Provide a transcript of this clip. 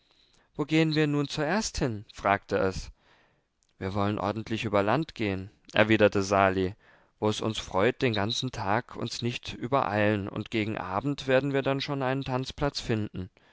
wo gehen wir nun zuerst hin fragte es wir wollen ordentlich über land gehen erwiderte sali wo es uns freut den ganzen tag uns nicht übereilen und gegen abend werden wir dann schon einen tanzplatz finden